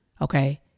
Okay